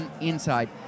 inside